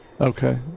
Okay